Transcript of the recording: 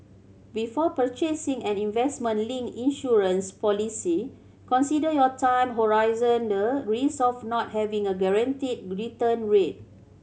before purchasing an investment linked insurance policy consider your time horizon the risk of not having a guaranteed return rate